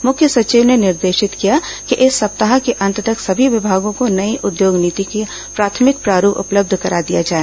मुख्य सचिव ने निर्देशित किया है कि इस सप्ताह के अंत तक समी विमागो को नई उद्योग नीति का प्राथमिक प्रारूप उपलब्ध करा दिया जाए